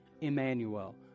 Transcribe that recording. Emmanuel